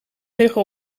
liggen